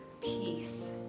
Peace